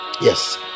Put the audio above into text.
yes